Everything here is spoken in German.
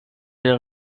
der